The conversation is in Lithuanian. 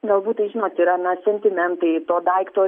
galbūt tai žinot yra na sentimentai to daikto